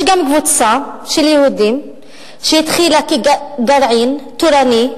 יש גם קבוצה של יהודים שהתחילה כגרעין תורני,